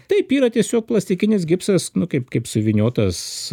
taip yra tiesiog plastikinis gipsas nu kaip kaip suvyniotas